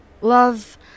Love